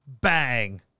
Bang